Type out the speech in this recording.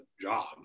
job